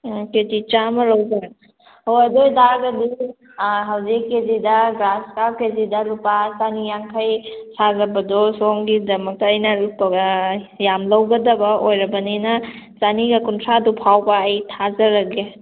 ꯎꯝ ꯀꯦꯖꯤ ꯆꯥꯝꯃ ꯂꯧꯒꯦ ꯍꯣꯏ ꯑꯗꯨ ꯑꯣꯏ ꯇꯥꯔꯒꯗꯤ ꯍꯧꯖꯤꯛ ꯀꯦꯖꯤꯗ ꯒ꯭ꯔꯥꯁ ꯀꯥꯞ ꯀꯦꯖꯤꯗ ꯂꯨꯄꯥ ꯆꯥꯅꯤ ꯌꯥꯡꯈꯩ ꯁꯥꯅꯕꯗꯣ ꯁꯣꯝꯒꯤꯗꯃꯛꯇ ꯑꯩꯅ ꯌꯥꯝ ꯂꯧꯒꯗꯕ ꯑꯣꯏꯔꯕꯅꯤꯅ ꯆꯥꯅꯤꯒ ꯀꯨꯟꯊ꯭ꯔꯥꯗꯨꯐꯥꯎꯕ ꯑꯩ ꯊꯥꯖꯔꯒꯦ